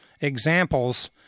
examples